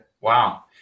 wow